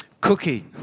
Cookie